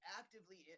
actively